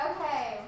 Okay